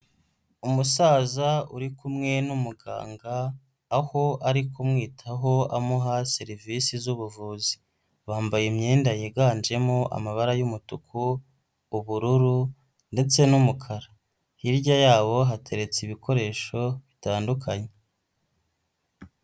Umusaza uri kumwe n'umuganga, aho ari kumwitaho amuha serivisi z'ubuvuzi, bambaye imyenda yiganjemo amabara y'umutuku, ubururu ndetse n'umukara, hirya yabo hateretse ibikoresho bitandukanye.